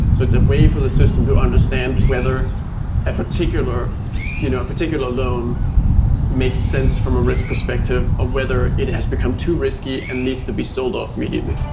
so it's a way for the system to understand whether a particular you know a particular loan makes sense from a risk perspective of ah whether it has become too risky and needs to be sold off immediately